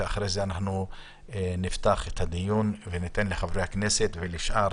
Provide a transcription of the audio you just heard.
ואחרי זה נפתח את הדיון וניתן לחברי הכנסת ולשאר